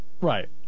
Right